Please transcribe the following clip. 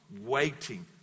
waiting